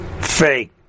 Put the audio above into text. Fake